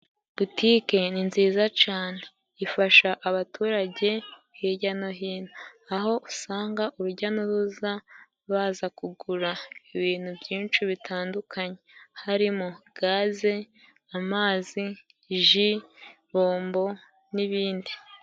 Butike ni nziza cane. Ifasha abaturage hijya no hino. Aho usanga uruja n'uruza baza kugura ibintu byinshi bitandukanye harimo, gaze amazi, ji, bombo n'ibindi.